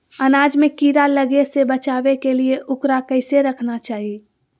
अनाज में कीड़ा लगे से बचावे के लिए, उकरा कैसे रखना चाही?